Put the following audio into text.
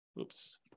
oops